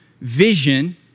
vision